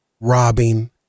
robbing